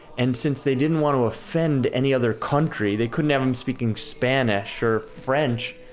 and since they didn't want to offend any other country, they couldn't have them speaking spanish or french,